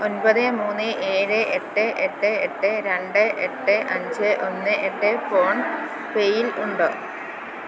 ഒൻപത് മൂന്ന് ഏഴ് എട്ട് എട്ട് എട്ട് രണ്ട് എട്ട് അഞ്ച് ഒന്ന് എട്ട് ഫോൺ പേയിൽ ഉണ്ടോ